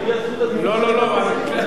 זכות הדיבור, לא, לא, לא.